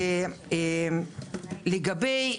שלגבי,